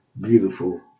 beautiful